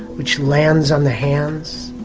which lands on the hands,